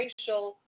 racial